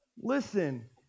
Listen